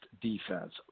defense